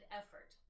effort